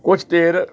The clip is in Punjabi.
ਕੁਛ ਦੇਰ